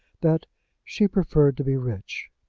that she preferred to be rich.